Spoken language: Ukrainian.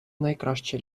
найкраща